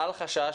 אל חשש,